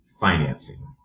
financing